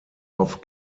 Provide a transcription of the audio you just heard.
off